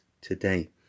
today